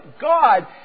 God